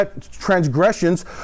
transgressions